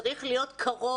צריך להיות קרוב.